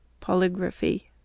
Polygraphy